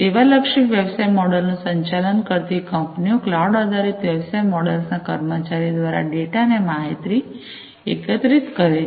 સેવા લક્ષી વ્યવસાય મોડલનું સંચાલન કરતી કંપનીઓ ક્લાઉડ આધારિત વ્યવસાય મોડેલ્સના કર્મચારી દ્વારા ડેટા અને માહિતી એકત્રિત કરે છે